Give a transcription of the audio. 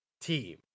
team